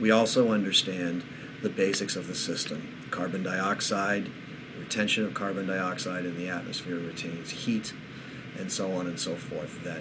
we also understand the basics of the system carbon dioxide tension of carbon dioxide in the atmosphere change heat and so on and so forth that